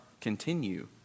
continue